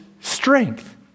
strength